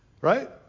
Right